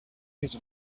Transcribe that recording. his